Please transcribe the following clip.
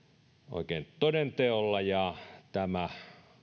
oikein toden teolla ja